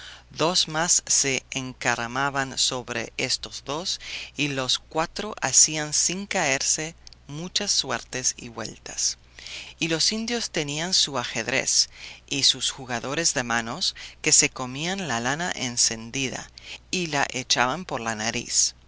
dos más se encaramaban sobre estos dos y los cuatro hacían sin caerse muchas suertes y vueltas y los indios tenían su ajedrez y sus jugadores de manos que se comían la lana encendida y la echaban por la nariz